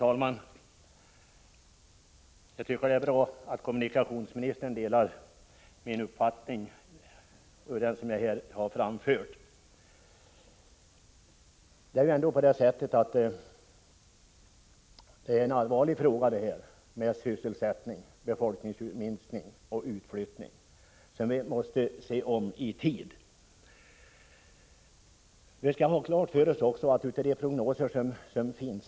Herr talman! Det är bra att kommunikationsministern delar den uppfattning som jag här har framfört. Det är ju ändå så, att sysselsättningen och befolkningsminskningen — således även utflyttningen — är allvarliga frågor som vi i tid måste ge akt på. Vi skall också ha klart för oss hur prognoserna nu ser ut.